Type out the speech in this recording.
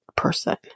person